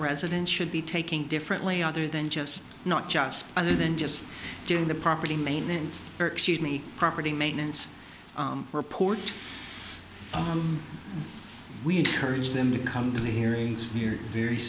residents should be taking differently other than just not just other than just doing the property maintenance or excuse me property maintenance report we encourage them to come to the hearings we're very